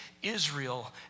Israel